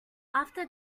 after